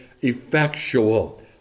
effectual